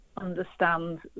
understand